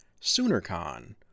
SoonerCon